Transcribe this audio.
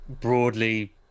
broadly